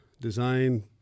design